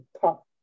top